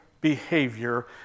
behavior